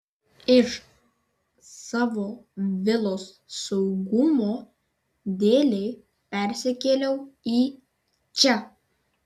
iš savo vilos saugumo dėlei persikėliau į čia